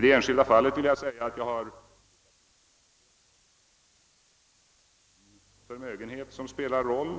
Det enskilda fall som det här gäller har jag undersökt, och där finns det ingen förmögenhet som spelar in.